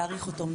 להאריך את התוקף.